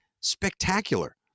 spectacular